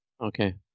Okay